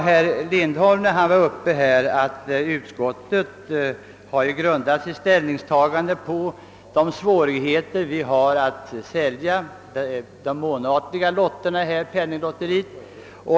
Herr Lindholm sade att utskottet har grundat sitt ställningstagande på svårigheterna att sälja de månatliga lotterna i Svenska penninglotteriet.